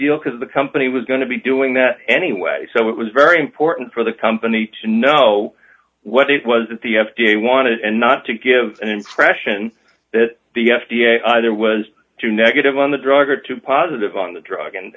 deal because the company was going to be doing that anyway so it was very important for the company to know what it was that the f d a wanted and not to give an impression that the f d a either was too negative on the drug or too positive on the drug and